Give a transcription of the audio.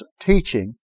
teaching